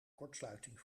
kortsluiting